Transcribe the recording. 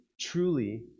truly